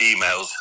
emails